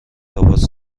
لباس